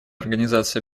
организации